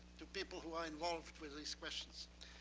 to people who are involved with these questions.